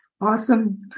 Awesome